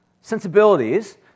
sensibilities